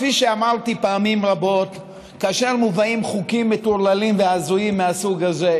כפי שאמרתי פעמים רבות כאשר מובאים חוקים מטורללים הזויים מהסוג הזה,